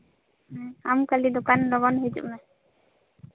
ᱦᱮᱸ ᱟᱢ ᱠᱷᱟᱞᱤ ᱫᱚᱠᱟᱱ ᱞᱚᱜᱚᱱ ᱦᱤᱡᱩᱜ ᱢᱮ